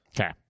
Okay